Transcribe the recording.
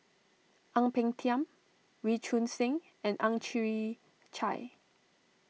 Ang Peng Tiam Wee Choon Seng and Ang Chwee Chai